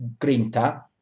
Grinta